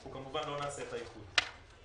אני מחכה לתשובות,